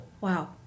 Wow